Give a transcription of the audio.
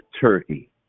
turkey